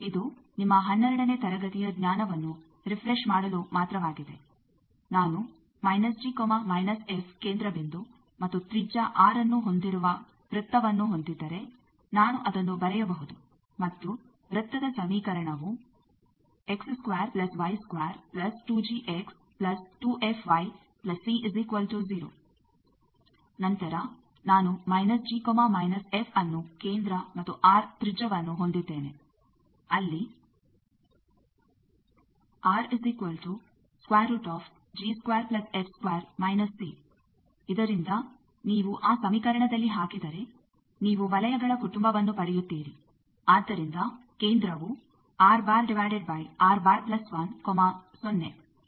ಇದು ನಿಮ್ಮ 12ನೇ ತರಗತಿಯ ಜ್ಞಾನವನ್ನು ರಿಫ್ರೇಶ್ ಮಾಡಲು ಮಾತ್ರವಾಗಿದೆ ನಾನು ಕೇಂದ್ರಬಿಂದು ಮತ್ತು ತ್ರಿಜ್ಯ ಅನ್ನು ಹೊಂದಿರುವ ವೃತ್ತವನ್ನು ಹೊಂದಿದ್ದರೆ ನಾನು ಅದನ್ನು ಬರೆಯಬಹುದು ಮತ್ತು ವೃತ್ತದ ಸಮೀಕರಣವು ನಂತರ ನಾನು ಅನ್ನು ಕೇಂದ್ರ ಮತ್ತು ತ್ರಿಜ್ಯವನ್ನು ಹೊಂದಿದ್ದೇನೆ ಅಲ್ಲಿ ಇದರಿಂದ ನೀವು ಆ ಸಮೀಕರಣದಲ್ಲಿ ಹಾಕಿದರೆ ನೀವು ವಲಯಗಳ ಕುಟುಂಬವನ್ನು ಪಡೆಯುತ್ತೀರಿ ಆದ್ದರಿಂದ ಕೇಂದ್ರವು ಇಲ್ಲಿ ಇರುತ್ತದೆ